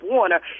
Warner